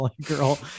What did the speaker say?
girl